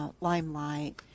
Limelight